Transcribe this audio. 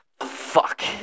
Fuck